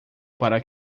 para